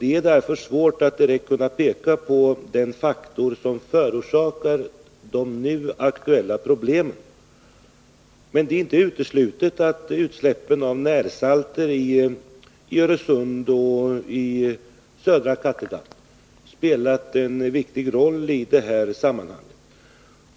Det är därför svårt att direkt peka på den faktor som förorsakat de nu aktuella problemen. Men det är inte uteslutet att utsläppen av närsalter i Öresund och i södra Kattegatt spelat en viktig roll i sammanhanget.